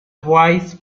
vice